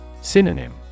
Synonym